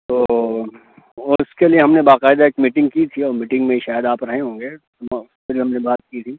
تو اور اُس کے لیے ہم نے باقاعدہ ایک میٹنگ کی تھی اور میٹنگ میں شاید آپ رہے ہوں گے اُس کے لیے ہم نے بات کی تھی